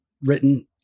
written